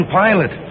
pilot